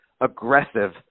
aggressive